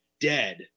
dead